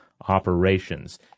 operations